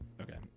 okay